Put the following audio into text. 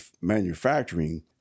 manufacturing